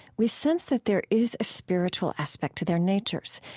we sense that there is a spiritual aspect to their natures.